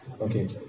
okay